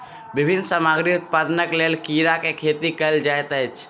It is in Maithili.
विभिन्न सामग्री उत्पादनक लेल कीड़ा के खेती कयल जाइत अछि